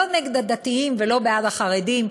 לא נגד הדתיים ולא בעד החרדים.